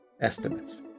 estimates